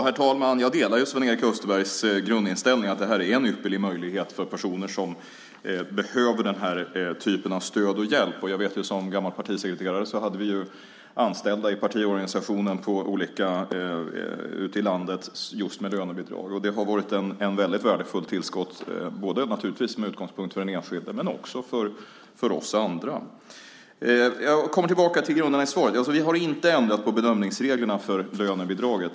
Herr talman! Jag delar Sven-Erik Österbergs grundinställning att det här är en ypperlig möjlighet för personer som behöver den här typen av stöd och hjälp. När jag var partisekreterare hade vi anställda med lönebidrag i partiorganisationen ute i landet. Det har varit ett väldigt värdefullt tillskott, både för den enskilde och för oss andra. Jag kommer tillbaka till grunderna i svaret. Vi har inte ändrat bedömningsreglerna för lönebidraget.